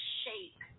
shape